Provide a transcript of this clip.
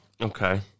Okay